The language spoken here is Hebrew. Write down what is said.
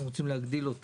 אתם רוצים להגדיל את